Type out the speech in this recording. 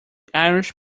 irish